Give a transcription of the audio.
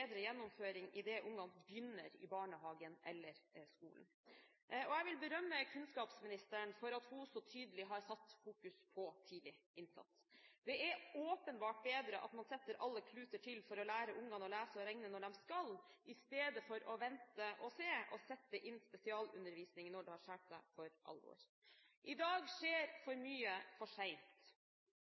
gjennomføring idet barna begynner i barnehagen eller i skolen. Jeg vil berømme kunnskapsministeren for at hun så tydelig har satt tidlig innsats i fokus. Det er åpenbart bedre at man setter alle kluter til for å lære barna å lese og regne når de skal, i stedet for å vente og se og sette inn spesialundervisning når det har skåret seg for alvor. I dag skjer for mye for